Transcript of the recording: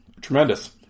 Tremendous